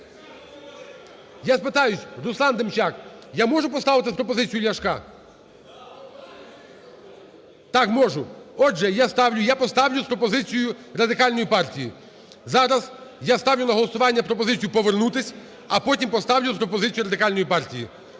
Я спитаюсь. Руслан Демчак, я можу поставити з пропозицією Ляшка? Так, можу. Отже, я ставлю. Я поставлю з пропозицією Радикальної партії. Зараз я ставлю на голосування пропозицію повернутися, а потім поставлю з пропозицією Радикальної партії.